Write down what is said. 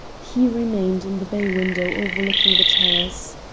he remained in the bay-window overlooking the terrace.